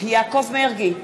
יעקב מרגי,